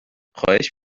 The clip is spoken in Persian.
خواهش